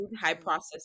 high-processed